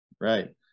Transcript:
right